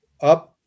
Up